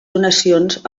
donacions